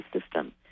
system